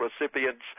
recipients